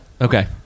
Okay